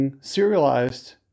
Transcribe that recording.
serialized